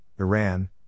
Iran